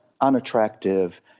unattractive